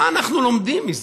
מה אנחנו לומדים מזה?